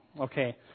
Okay